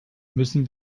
müssen